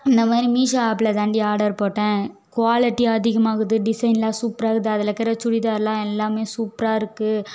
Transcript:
இந்தமாதிரி மீஸோ ஆப்பில்தான்டி ஆர்டர் போட்டேன் குவாலட்டி அதிகமாகுது டிசைனெலாம் சூப்பராயிருக்குது அதில் இருக்கிற சுடிதாரெலாம் எல்லாமே சூப்பராக இருக்குது